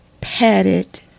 padded